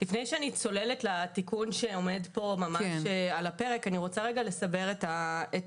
לפני שאני צוללת לתיקון שעומד פה על הפרק אני רוצה לרגע לסבר את האוזן.